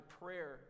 prayer